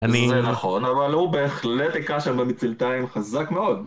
אני... -זה נכון, אבל הוא בהחלט היכה שם במצלתיים חזק מאוד